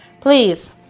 Please